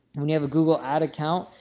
when you have a google ad account,